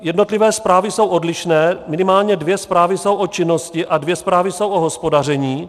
Jednotlivé zprávy jsou odlišné, minimálně dvě zprávy jsou o činnosti a dvě zprávy jsou o hospodaření.